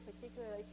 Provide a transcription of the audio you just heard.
particularly